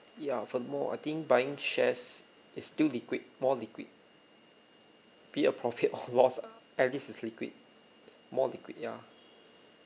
ya furthermore I think buying shares is still liquid more liquid be it a profit or loss ah at least is liquid more liquid ya